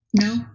No